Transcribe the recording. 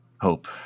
Hope